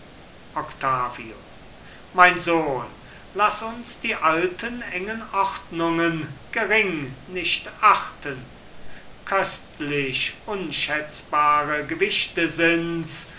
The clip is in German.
octavio mein sohn laß uns die alten engen ordnungen gering nicht achten köstlich unschätzbare gewichte sinds